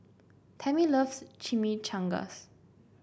Tammie loves Chimichangas